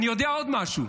אני יודע עוד משהו,